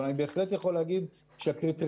אבל אני בהחלט יכול להגיד שהקריטריונים